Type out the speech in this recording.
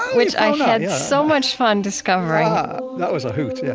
which i had so much fun discovering that was a hoot, yeah